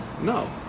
No